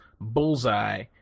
Bullseye